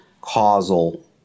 causal